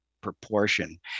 proportion